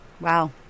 Wow